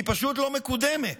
והיא פשוט לא מקודמת,